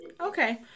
okay